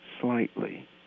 slightly